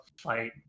fight